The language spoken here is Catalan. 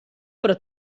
però